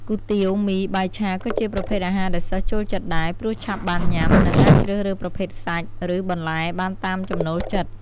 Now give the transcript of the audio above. គុយទាវ មី បាយឆា ក៏ជាប្រភេទអាហារដែលសិស្សចូលចិត្តដែរ ព្រោះឆាប់បានញ៉ាំ និងអាចជ្រើសរើសប្រភេទសាច់ ឬបន្លែបានតាមចំណូលចិត្ត។